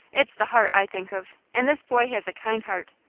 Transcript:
it's the heart i think of, and this boy has a kind heart.